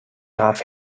graf